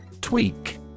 Tweak